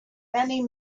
many